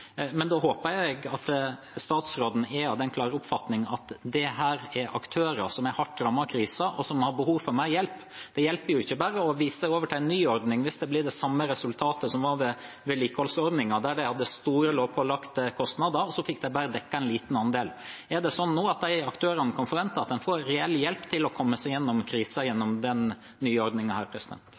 men da håper jeg at statsråden er av den klare oppfatning at dette er aktører som er hardt rammet av krisen, og som har behov for mer hjelp. Det hjelper jo ikke å bare henvise dem til en ny ordning hvis det blir det samme resultatet som ved vedlikeholdsordningen, der de hadde store lovpålagte kostnader og bare fikk dekket en liten andel. Kan de aktørene nå forvente at de får reell hjelp til å komme seg igjennom krisen med denne nye